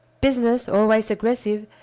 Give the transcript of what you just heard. business, always aggressive,